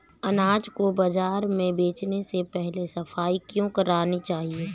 अनाज को बाजार में बेचने से पहले सफाई क्यो करानी चाहिए?